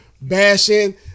bashing